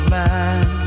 man